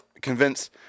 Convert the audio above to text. convince